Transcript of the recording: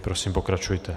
Prosím, pokračujte.